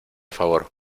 favor